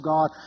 God